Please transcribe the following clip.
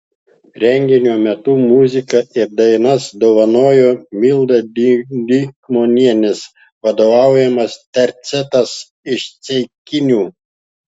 renginio metu muziką ir dainas dovanojo mildos dikmonienės vadovaujamas tercetas iš ceikinių